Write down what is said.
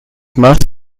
machst